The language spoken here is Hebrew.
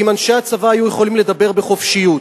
ואם אנשי הצבא היו יכולים לדבר בחופשיות,